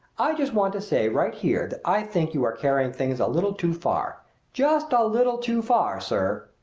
i just want to say right here that i think you are carrying things a little too far just a little too far, sir.